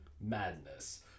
madness